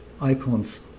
icons